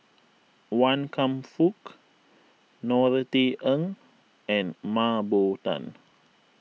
Wan Kam Fook Norothy Ng and Mah Bow Tan